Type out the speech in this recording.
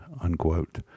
Unquote